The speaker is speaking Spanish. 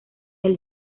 del